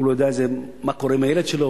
הוא לא יודע מה קורה עם הילד שלו,